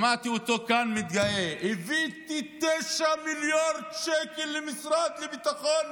שמעתי אותו כאן מתגאה: הבאתי 9 מיליארד שקל למשרד לביטחון